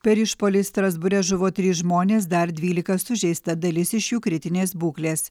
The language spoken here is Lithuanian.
per išpuolį strasbūre žuvo trys žmonės dar dvylika sužeista dalis iš jų kritinės būklės